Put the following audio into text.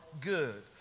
good